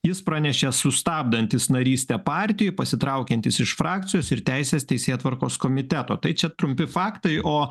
jis pranešė sustabdantis narystę partijoj pasitraukiantis iš frakcijos ir teisės teisėtvarkos komiteto tai čia trumpi faktai o